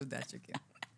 את יודעת שכן.